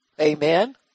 Amen